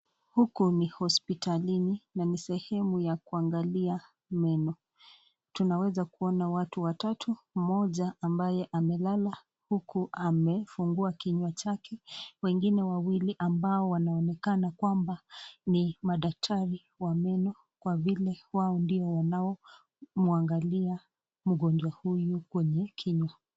Huku ni hospitalini na ni sehemu ya kuangalia meno tunaweza kuona watu watatu mmoja ambaye amelala huku amefungua kinywa chake, wengine wawili ambao wanaonekana kwamba ni madaktari wa meno kwa vile wao ndio wanaomwangalia mgonjwa huyu kwenye kinywa.